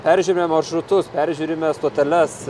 peržiūrime maršrutus peržiūrime stoteles